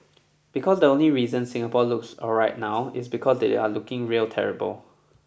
because the only reason Singapore looks alright now is because they are looking real terrible